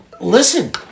Listen